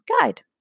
guide